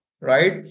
right